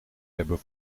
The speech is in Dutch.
hebben